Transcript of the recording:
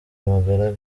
baramagana